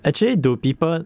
actually do people